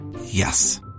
Yes